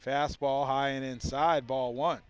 fastball high an inside ball one